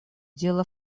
дело